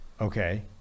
okay